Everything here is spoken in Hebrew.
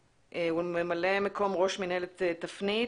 ממלא מקום ראש מינהלת תפנית?